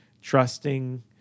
trusting